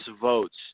votes